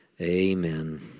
Amen